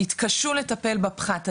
יתקשו לטפל בפחת הזה,